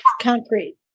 concrete